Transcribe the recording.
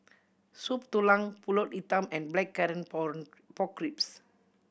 Soup Tulang Pulut Hitam and Blackcurrant Pork Ribs